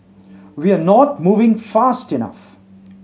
we are not moving fast enough